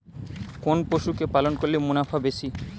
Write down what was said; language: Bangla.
কোন পশু কে পালন করলে মুনাফা বেশি?